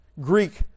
Greek